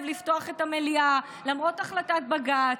לפתוח את המליאה למרות החלטת בג"ץ,